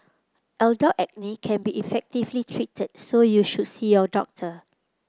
adult acne can be effectively treated so you should see your doctor